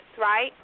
right